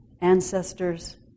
ancestors